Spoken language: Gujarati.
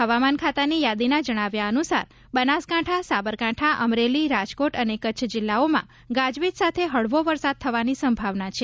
હવામાન ખાતાની યાદીના જજ્ઞાવ્યા અનુસાર બનાસકાંઠા સાંબરકાઠા અમરેલી રાજકોટ અને કચ્છ જિલ્લાઓમાં ગાજવીજ સાથે હળવો વરસાદ થવાની સંભાવના છે